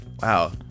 Wow